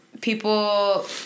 People